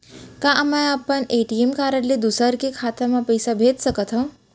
का मैं अपन ए.टी.एम कारड ले दूसर के खाता म पइसा भेज सकथव?